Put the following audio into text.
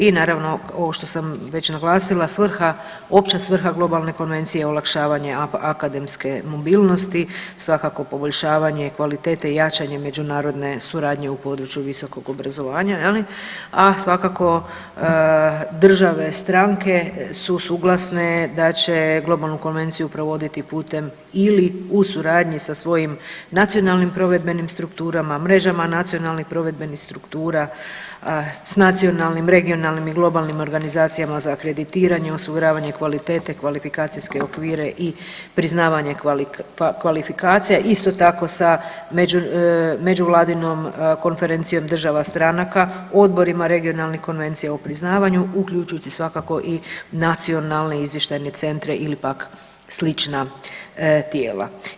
I naravno ovo što sam već naglasila, opća svrha globalne konvencije je olakšavanje akademske mobilnosti, svakako poboljšavanje kvalitete i jačanje međunarodne suradnje u području visokog obrazovanja, a svakako države stranke su suglasne da će globalnu konvenciju provoditi putem ili u suradnji sa svojim nacionalnim provedbenim strukturama, mrežama nacionalnih provedbenih struktura, s nacionalnim regionalnim i globalnim organizacijama za akreditiranje, osiguravanje kvalitete, kvalifikacijske okvire i priznavanje kvalifikacija, isto tako sa međuvladinom konferencijom država stranaka, odborima regionalnih konvencija o priznavanju uključujući svakako i nacionalne izvještajne centre ili pak slična tijela.